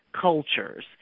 cultures